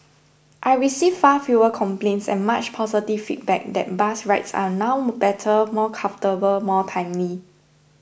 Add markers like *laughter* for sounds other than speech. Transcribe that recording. I receive far fewer complaints and much positive feedback that bus rides are now *unintelligible* better more comfortable more timely